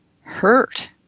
hurt